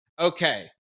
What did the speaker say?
okay